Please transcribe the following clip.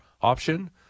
option